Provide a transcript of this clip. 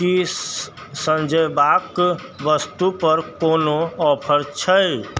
की सजएबाक वस्तु पर कोनो ऑफर छै